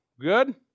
Good